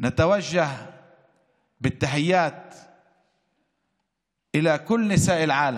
אנו מברכים את כל נשות העולם